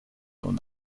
und